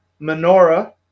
Menorah